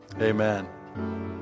Amen